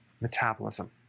metabolism